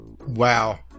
wow